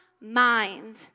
mind